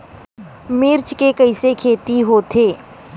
मिर्च के कइसे खेती होथे?